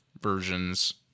versions